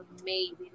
amazing